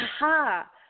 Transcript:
aha